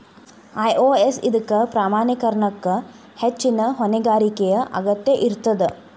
IOS ಇದಕ್ಕ ಪ್ರಮಾಣೇಕರಣಕ್ಕ ಹೆಚ್ಚಿನ್ ಹೊಣೆಗಾರಿಕೆಯ ಅಗತ್ಯ ಇರ್ತದ